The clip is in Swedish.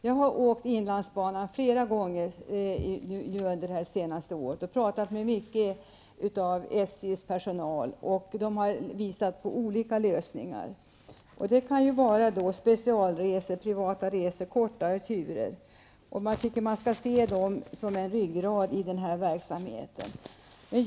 Jag har åkt med inlandsbanan flera gånger under det senaste året och talat mycket med SJs personal, som har visat på olika lösningar. Det kan gälla specialresor, privata resor och kortare turer. Jag tycker att de skall ses som en ryggrad i denna verksamhet.